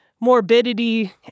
morbidity